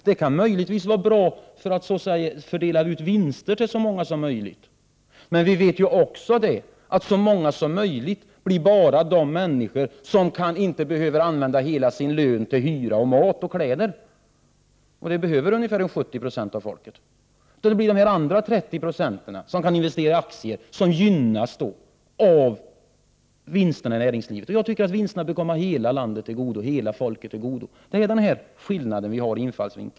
Det kan möjligtvis vara bra då det gäller att fördela vinster till så många som möjligt, men vi vet ju också att ”så många som möjligt” bara blir de människor som inte behöver använda hela sin lön till hyra, mat och kläder, och det behöver ungefär 70 9 av folket. Det blir då de återstående 30 26 som kan investera i aktier och gynnas av vinsterna i näringslivet. Jag tycker att vinsterna bör komma hela landet, hela folket, till godo. Det är den skillnaden vi har i infallsvinkel.